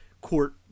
court